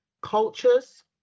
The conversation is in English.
cultures